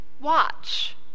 Watch